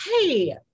hey